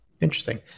Interesting